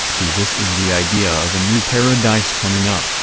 cxci this is the idea of a new paradise coming up.